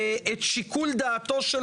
יש נוסח שהציעה ועדת צדוק בדוח שלה.